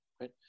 right